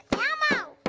elmo